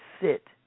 sit